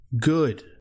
good